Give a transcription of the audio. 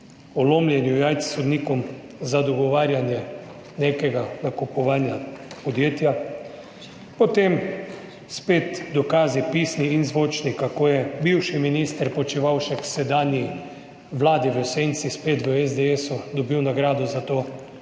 lomljenju jajc sodnikom za dogovarjanje nekega nakupovanja podjetja. Potem spet dokazi, pisni in zvočni, kako je bivši minister Počivalšek sedanji vladi v senci, spet v SDS dobil nagrado za to,